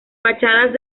fachadas